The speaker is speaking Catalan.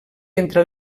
entre